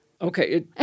Okay